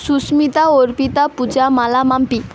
Susmita Arpita Puja Mala Mampi